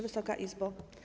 Wysoka Izbo!